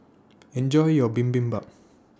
Enjoy your Bibimbap